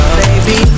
baby